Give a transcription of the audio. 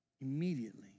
immediately